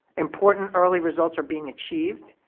important early results are being achieved.